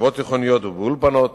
בישיבות תיכוניות ובאולפנות